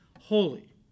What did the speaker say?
holy